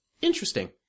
Interesting